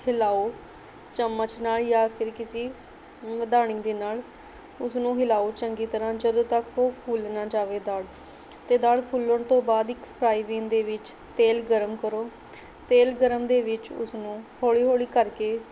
ਹਿਲਾਓ ਚੱਮਚ ਨਾਲ਼ ਜਾਂ ਫਿਰ ਕਿਸੀ ਮਧਾਣੀ ਦੇ ਨਾਲ਼ ਉਸ ਨੂੰ ਹਿਲਾਓ ਚੰਗੀ ਤਰ੍ਹਾਂ ਜਦੋਂ ਤੱਕ ਉਹ ਫੁੱਲ ਨਾ ਜਾਵੇ ਦਾਲ਼ ਅਤੇ ਦਾਲ਼ ਫੁੱਲਣ ਤੋਂ ਬਾਅਦ ਇੱਕ ਫਰਾਈਵੀਨ ਦੇ ਵਿੱਚ ਤੇਲ ਗਰਮ ਕਰੋ ਤੇਲ ਗਰਮ ਦੇ ਵਿੱਚ ਉਸ ਨੂੰ ਹੌਲ਼ੀ ਹੌਲ਼ੀ ਕਰਕੇ